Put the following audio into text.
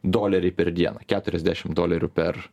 doleriai per dieną keturiasdešim dolerių per